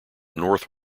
north